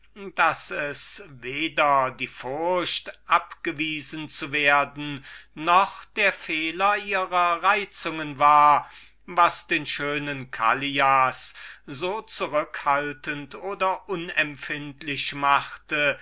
daß es weder die furcht abgewiesen zu werden noch der fehler ihrer reizungen war was den schönen callias so zurückhaltend oder unempfindlich machte